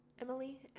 Emily